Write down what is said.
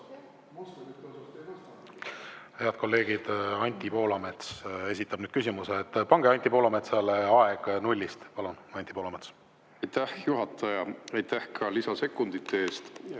Head kolleegid! Anti Poolamets esitab nüüd küsimuse. Pange Anti Poolametsale aeg nullist. Palun, Anti Poolamets! Aitäh, juhataja! Aitäh ka lisasekundite eest